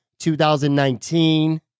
2019